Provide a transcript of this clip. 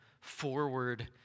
forward